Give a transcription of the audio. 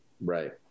Right